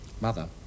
mother